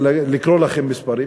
לקרוא לכם מספרים,